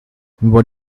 what